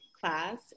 Class